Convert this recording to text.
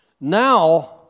Now